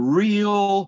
real